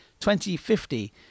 2050